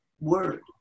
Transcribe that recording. word